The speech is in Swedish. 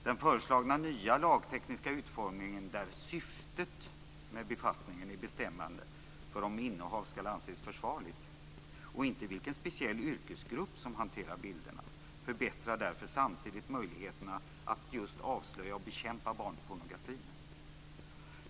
Den föreslagna nya lagtekniska utformningen där syftet med befattningen är bestämmande för om innehav skall anses försvarligt och inte vilken speciell yrkesgrupp som hanterar bilderna förbättrar därför samtidigt möjligheterna att bekämpa och avslöja barnpornografin.